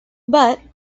but